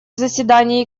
заседании